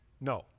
no